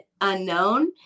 unknown